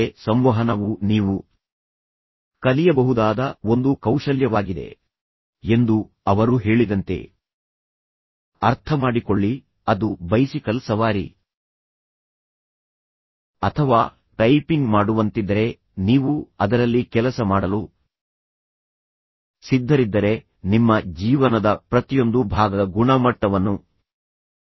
ಆದರೆ ಸಂವಹನವು ನೀವು ಕಲಿಯಬಹುದಾದ ಒಂದು ಕೌಶಲ್ಯವಾಗಿದೆ ಎಂದು ಅವರು ಹೇಳಿದಂತೆ ಅರ್ಥಮಾಡಿಕೊಳ್ಳಿ ಅದು ಬೈಸಿಕಲ್ ಸವಾರಿ ಅಥವಾ ಟೈಪಿಂಗ್ ಮಾಡುವಂತಿದ್ದರೆ ನೀವು ಅದರಲ್ಲಿ ಕೆಲಸ ಮಾಡಲು ಸಿದ್ಧರಿದ್ದರೆ ನಿಮ್ಮ ಜೀವನದ ಪ್ರತಿಯೊಂದು ಭಾಗದ ಗುಣಮಟ್ಟವನ್ನು ತ್ವರಿತವಾಗಿ ಸುಧಾರಿಸಬಹುದು